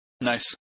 Nice